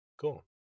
Cool